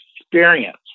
experience